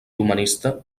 humanista